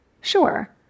Sure